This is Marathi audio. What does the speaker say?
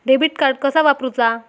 डेबिट कार्ड कसा वापरुचा?